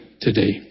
today